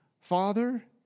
Father